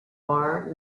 far